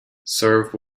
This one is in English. serve